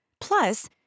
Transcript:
plus